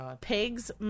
pigs